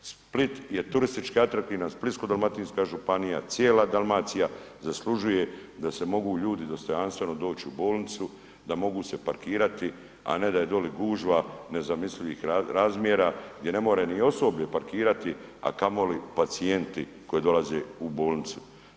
Split je turistički atraktivan, Splitsko-dalmatinska županija, cijela Dalmacija zaslužuje da se mogu ljudi dostojanstveno doći u bolnicu, da mogu se parkirati a ne da je dole gužva nezamislivih razmjera gdje ne može ni osoblje parkirati a kamoli pacijenti koji dolaze u bolnicu.